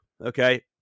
Okay